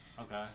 okay